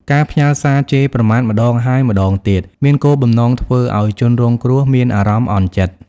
ការផ្ញើសារជេរប្រមាថម្តងហើយម្តងទៀត មានគោលបំណងធ្វើឲ្យជនរងគ្រោះមានអារម្មណ៍អន់ចិត្ត។